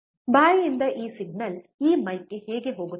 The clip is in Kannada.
ಬಾಯಿಯಿಂದ ಈ ಸಿಗ್ನಲ್ ಈ ಮೈಕ್ಗೆ ಹೇಗೆ ಹೋಗುತ್ತದೆ